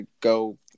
go